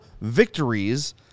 victories